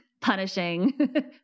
punishing